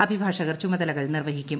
അഭിഭാഷകർ ചുമതലകൾ നിർവഹിക്കും